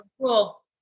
Cool